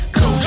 go